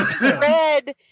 Red